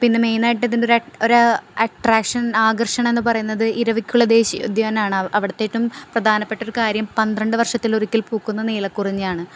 പിന്നെ മെയിനായിട്ട് ഇതിൻ്റെ ഒര് അട്രാ അട്രാക്ഷൻ ആകർഷണം എന്ന് പറയുന്നത് ഇരവിക്കുളം ദേശീയോദ്യാനമാണ് അവിടുത്തെ ഏറ്റവും പ്രധാനപ്പെട്ട ഒരു കാര്യം പന്ത്രണ്ട് വർഷത്തിലൊരിക്കൽ പൂക്കുന്ന നീലക്കുറിഞ്ഞിയാണ്